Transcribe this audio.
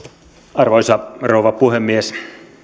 arvoisa rouva puhemies